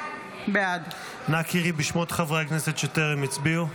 בעד נא קראי בשמות חברי הכנסת שטרם הצביעו.